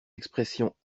expressions